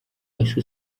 wahise